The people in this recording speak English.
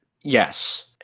Yes